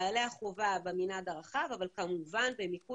חיילי החובה במנעד הרחב אבל כמובן במיקוד